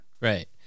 Right